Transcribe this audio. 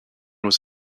was